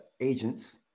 agents